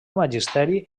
magisteri